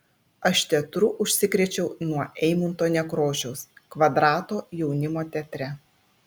aš teatru užsikrėčiau nuo eimunto nekrošiaus kvadrato jaunimo teatre